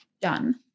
done